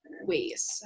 ways